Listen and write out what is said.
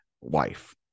wife